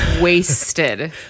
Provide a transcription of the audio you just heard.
wasted